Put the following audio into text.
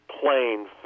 plain